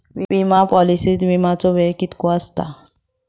विमा पॉलिसीत विमाचो वेळ कीतको आसता?